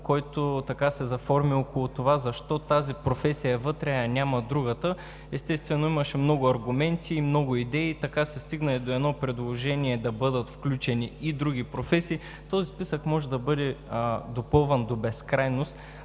който се заформи около това защо тази професия е вътре, а я няма другата. Естествено, имаше много аргументи, много идеи. Така се стигна и до едно предложение да бъдат включени и други професии. Този списък може да бъде допълван до безкрайност,